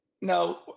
No